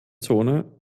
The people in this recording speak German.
zone